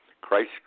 Christ